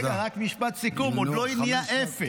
רגע, רק משפט סיכום, עוד לא הגיע אפס.